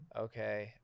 Okay